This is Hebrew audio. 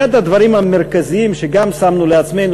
שאחד הדברים המרכזיים שגם שמנו לעצמנו